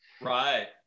Right